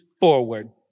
forward